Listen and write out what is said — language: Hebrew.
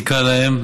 מציקה להם.